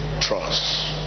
trust